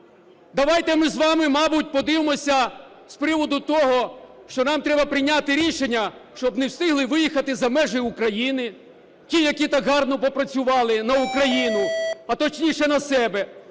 Давайте ми з вами, мабуть, подивимося з приводу того, що нам треба прийняти рішення, щоб не встигли виїхати за межі України, ті, які так гарно попрацювали на Україну, а точніше на себе.